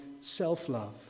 self-love